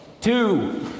Two